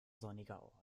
sonniger